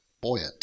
buoyant